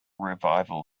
revival